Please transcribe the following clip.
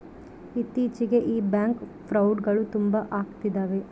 ಇತ್ತೀಚಿಗೆ ಈ ಬ್ಯಾಂಕ್ ಫ್ರೌಡ್ಗಳು ತುಂಬಾ ಅಗ್ತಿದವೆ